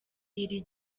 iri